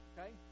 Okay